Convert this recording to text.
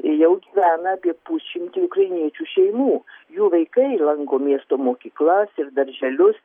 jau gyvena apie pusšimtį ukrainiečių šeimų jų vaikai lanko miesto mokyklas ir darželius